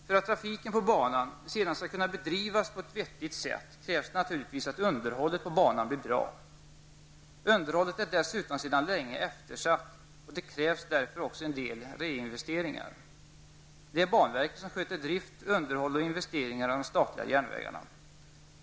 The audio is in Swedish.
För att trafiken på banan sedan skall kunna bedrivas på ett vettigt sätt krävs naturligtvis att underhållet på banan blir bra. Underhållet är dessutom sedan länge eftersatt, och det krävs därför en del reinvesteringar. Det är banverket som sköter drift, underhåll och investeringar i fråga om de statliga järnvägarna.